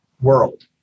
world